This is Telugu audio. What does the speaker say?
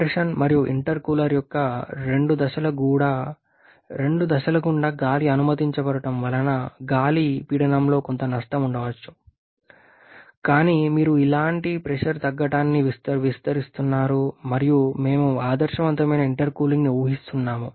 కంప్రెషన్ మరియు ఇంటర్కూలర్ యొక్క రెండు దశల గుండా గాలి అనుమతించబడటం వలన గాలి పీడనంలో కొంత నష్టం ఉండవచ్చు కానీ మీరు ఎలాంటి ప్రెషర్ తగ్గడాన్ని విస్మరిస్తున్నారు మరియు మేము ఆదర్శవంతమైన ఇంటర్కూలింగ్ని ఊహిస్తున్నాము